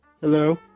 Hello